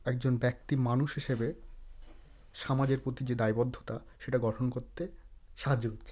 একজন ব্যক্তি মানুষ হিসাবে সামাজের প্রতি যে দায়বদ্ধতা সেটা গঠন করতে সাহায্য করছে